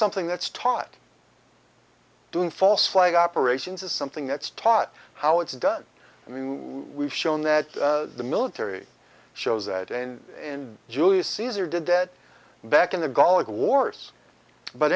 something that's taught doing false flag operations is something that's taught how it's done and we've shown that the military shows that and in julius caesar did dead back in the golic wars but